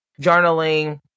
journaling